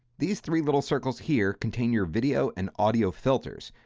these three little circles here contain your video and audio filters.